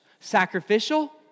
Sacrificial